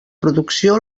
producció